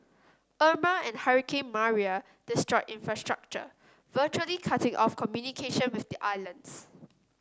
Irma and hurricane Maria destroy infrastructure virtually cutting off communication with the islands